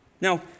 Now